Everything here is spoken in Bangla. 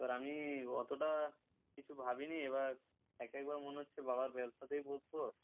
এবার আমি অতটা কিছু ভাবিনি এবার এক একবার মনে হচ্ছে বাবার ব্যবসাতেই বসব